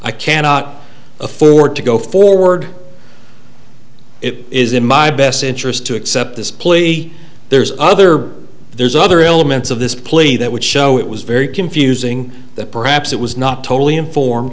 i cannot afford to go forward it is in my best interest to accept this plea there's other there's other elements of this plea that would show it was very confusing that perhaps it was not totally inform